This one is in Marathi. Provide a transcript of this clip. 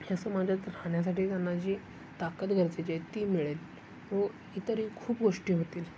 ह्या समाजात राहण्यासाठी त्यांना जी ताकद गरजेची आहे ती मिळेल व इतरही खूप गोष्टी होतील